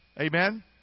Amen